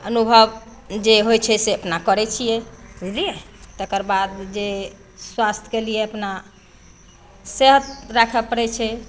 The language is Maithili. अनुभव जे होइ छै से अपना करै छियै बुझलियै तेकरबाद जे स्वास्थके लिये अपना सेहत राखए पड़ैत छै